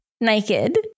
naked